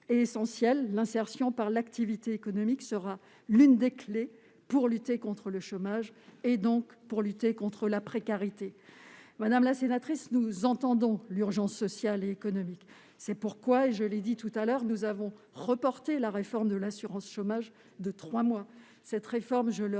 et essentiel. L'insertion par l'activité économique sera l'une des clés pour lutter contre le chômage, donc pour lutter contre la précarité. Madame la sénatrice, nous entendons l'urgence sociale et économique. C'est pourquoi nous avons reporté la réforme de l'assurance chômage de trois mois. Je répète que cette réforme